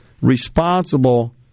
responsible